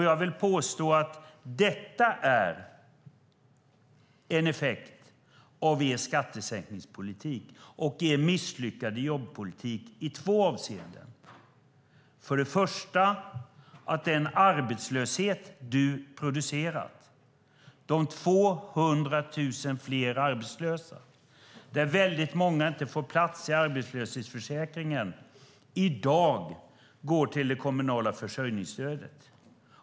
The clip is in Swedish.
Jag vill påstå att detta är en effekt av er skattesänkningspolitik och er misslyckade jobbpolitik i två avseenden. För det första handlar det om den arbetslöshet som du producerat - det är 200 000 fler arbetslösa. Många får inte plats i arbetslöshetsförsäkringen utan går i dag till det kommunala försörjningsstödet.